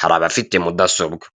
hari abafite mudasobwa.